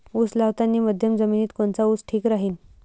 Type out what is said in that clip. उस लावतानी मध्यम जमिनीत कोनचा ऊस ठीक राहीन?